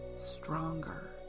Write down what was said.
stronger